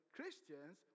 Christians